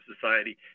society